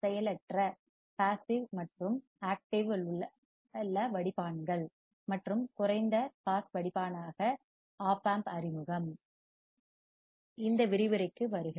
செயலற்ற பாசிவ் மற்றும் செயலில் ஆக்டிவ் உள்ள வடிப்பான்கள் மற்றும் குறைந்த பாஸ் வடிப்பானாக op amp அறிமுகம் இந்த விரிவுரைக்கு வருக